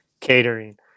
catering